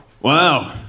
Wow